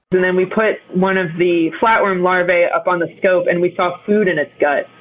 then then we put one of the flatworm larvae up on the scope and we saw food in its guts.